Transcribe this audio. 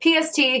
PST